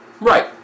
Right